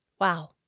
Wow